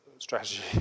strategy